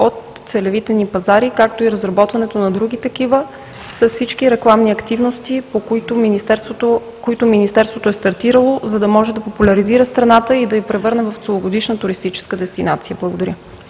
от целевите ни пазари, както и разработването на други такива с всички рекламни активности, които Министерството е стартирало, за да може да популяризира страната и да я превърне в целогодишна туристическа дестинация. Благодаря.